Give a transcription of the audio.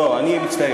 לא, אני מצטער.